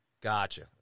Gotcha